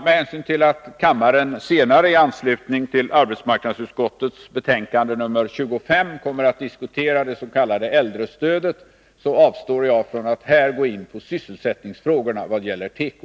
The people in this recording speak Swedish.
Med hänsyn till att kammaren senare i dag i anslutning till arbetsmarknadsutskottets betänkande 25 kommer att diskutera det s.k. äldrestödet avstår jag från att här gå in på sysselsättningsfrågorna i vad gäller teko.